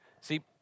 See